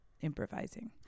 improvising